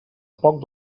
poc